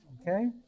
Okay